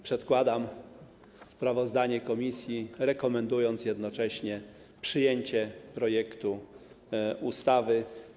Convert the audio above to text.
Przedkładam sprawozdanie komisji, rekomendując jednocześnie przyjęcie projektu ustawy.